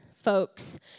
folks